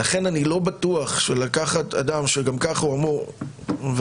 אני לא בטוח שלקחת אדם שגם ככה אמור -- אני